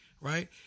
right